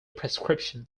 prescription